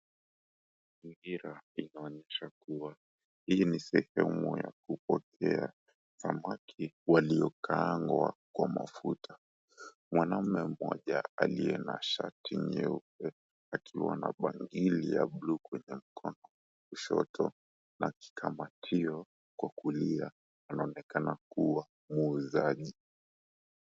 Mazingira inaonyesha kwamba hii ni sehemu ya kupokea samaki waliokaangwa kwa mafuta. Mwanaume mmoja aliye na shati nyeupe akiwa na bangili ya buluu kwenye mkono wa kushoto na kikamatio kwa kulia anaonekana kuwa muuzaji.